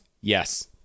yes